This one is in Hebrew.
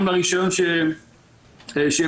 גם ברישיון שהם קיבלו,